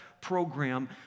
program